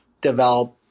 develop